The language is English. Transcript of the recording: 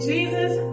Jesus